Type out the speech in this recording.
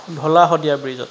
Dhola Sadiya ব্ৰিজত